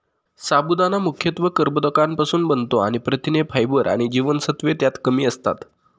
साबुदाणा मुख्यत्वे कर्बोदकांपासुन बनतो आणि प्रथिने, फायबर आणि जीवनसत्त्वे त्यात कमी असतात